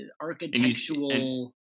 architectural